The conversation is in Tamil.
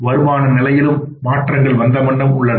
வருமான நிலையிலும் மாற்றங்கள் வந்த வண்ணம் உள்ளன